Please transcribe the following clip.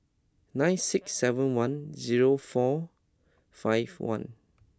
nine six seven one zero four five one